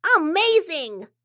Amazing